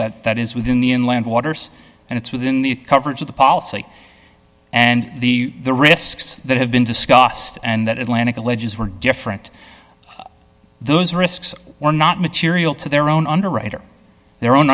that that is within the inland waters and it's within the coverage of the policy and the risks that have been discussed and that atlanta alleges were different those risks were not material to their own underwriter their own